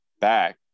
back